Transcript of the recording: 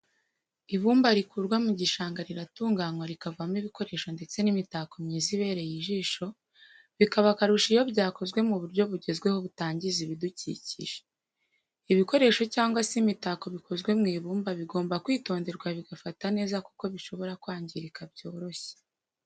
Ibumba rikurwa mu gishanga riratunganywa rikavamo ibikoresho ndetse n'imitako myiza ibereye ijisho bikaba akarusho iyo byakozwe mu buryo bugezweho butangiza ibidukikije. ibikoresho cyangwa se imitako bikozwe mu ibumba bigomba kwitonderwa bigafatwa neza kuko bishobora kwangirika byoroshye.